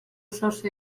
soci